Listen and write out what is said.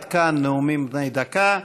עד כאן נאומים בני דקה.